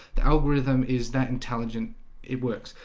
the algorithm. is that intelligent it works?